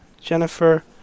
Jennifer